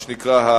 מה שנקרא ה-IPPC.